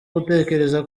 gutekereza